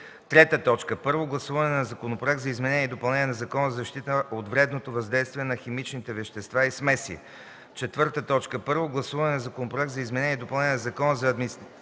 изделия. 3. Първо гласуване на Законопроекта за изменение и допълнение на Закона за защита от вредното въздействие на химичните вещества и смеси. 4. Първо гласуване на Законопроекта за изменение и допълнение на Закона за административното